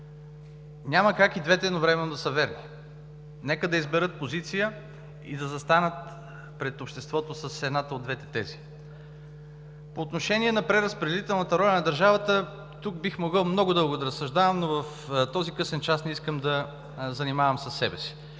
Няма как и двете едновременно да са верни. Нека да изберат позиция и да застанат пред обществото с едната от двете тези. По отношение на преразпределителната роля на държавата. Тук бих могъл много дълго да разсъждавам, но в този късен час не искам да занимавам със себе си,